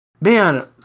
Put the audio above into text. man